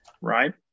Right